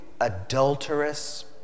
adulterous